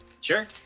Sure